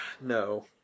no